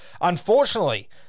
Unfortunately